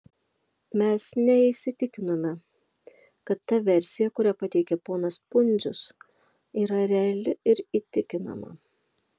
mes neįsitikinome kad ta versija kurią pateikė ponas pundzius yra reali ir įtikinama